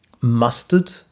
mustard